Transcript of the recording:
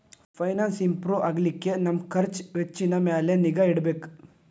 finance improve ಆಗ್ಲಿಕ್ಕೆ ನಮ್ ಖರ್ಛ್ ವೆಚ್ಚಿನ್ ಮ್ಯಾಲೆ ನಿಗಾ ಇಡ್ಬೆಕ್